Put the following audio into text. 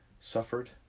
suffered